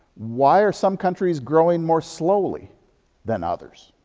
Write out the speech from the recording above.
why are some countries growing more slowly than others?